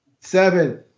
Seven